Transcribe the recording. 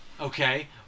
Okay